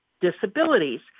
disabilities